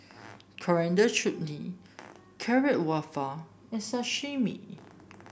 Coriander Chutney Carrot and Sashimi